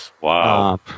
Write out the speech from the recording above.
Wow